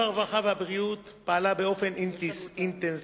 הרווחה והבריאות פעלה באופן אינטנסיבי,